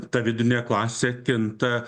ta vidurinė klasė kinta